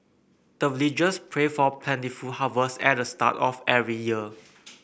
the villagers pray for plentiful harvest at the start of every year